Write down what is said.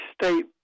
State